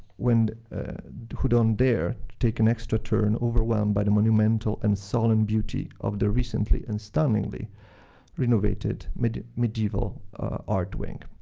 when who don't dare take an extra turn, overwhelmed by the monumental and solemn beauty of the recently and stunningly renovated medieval medieval art wing.